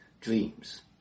dreams